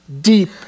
deep